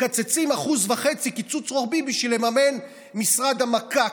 מקצצים 1.5% קיצוץ רוחבי בשביל לממן את משרד המק"ק,